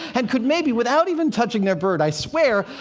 and could maybe, without even touching their bird, i swear,